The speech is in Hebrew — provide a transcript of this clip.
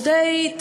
והחלק הזה?